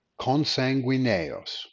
consanguineos